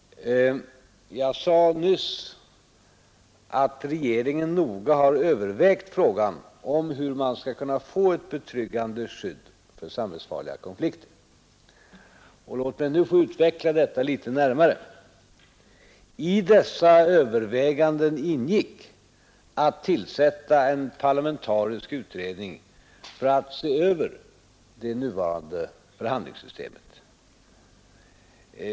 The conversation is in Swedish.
Jag sade nyss att regeringen noga har övervägt frågan om hur man skall kunna få ett betryggande skydd mot samhällsfarliga konflikter, och låt mig nu få utveckla det litet närmare. I de överväganden som jag nämnt ingick att tillsätta en parlamentarisk utredning för att se över det nuvarande förhandlingssystemet.